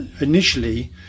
initially